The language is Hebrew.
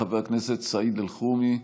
חבר הכנסת סעיד אלחרומי,